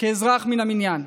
כאזרח מן המניין.